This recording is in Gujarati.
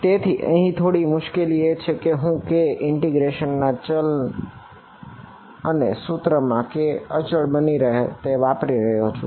તેથી અહીં થોડી મુશ્કેલી એ છે કે હું k ને ઇન્ટિગ્રેશન ના ચલ અને સૂત્રમાં k અચળ બની તરીકે વાપરી રહ્યો છું